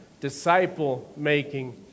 disciple-making